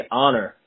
honor